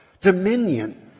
dominion